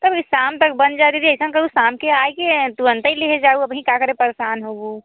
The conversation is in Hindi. आरे शाम तक बन जाई ऐसा करो शाम के आई के तुरंत ता ही लिए जाबो अभी क्या करने को परेशान हुइबू